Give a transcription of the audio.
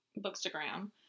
Bookstagram